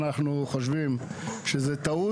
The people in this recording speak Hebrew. אנחנו חושבים שזו טעות.